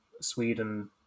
Sweden